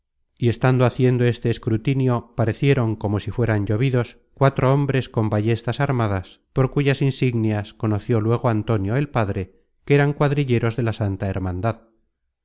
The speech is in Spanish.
y estando haciendo este escrutinio parecieron como si fueran llovidos cuatro hombres con ballestas armadas por cuyas insignias conoció luego antonio el padre que eran cuadrilleros de la santa hermandad